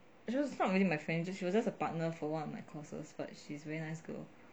she was not really my friend she was just a partner for one of my courses but she's very nice girl